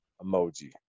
emoji